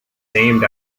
named